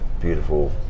beautiful